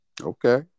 okay